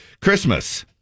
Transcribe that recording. Christmas